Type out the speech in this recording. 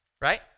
Right